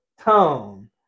tone